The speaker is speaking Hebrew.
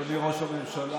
אדוני ראש הממשלה,